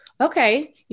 Okay